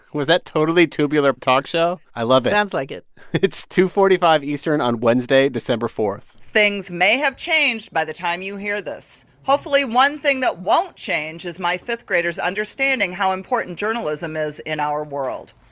was that totally tubular talk show? i love it sounds like it it's two forty five eastern on wednesday, december four point things may have changed by the time you hear this. hopefully one thing that won't change is my fifth graders understanding how important journalism is in our world